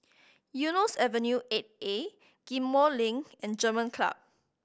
Eunos Avenue Eight A Ghim Moh Link and German Club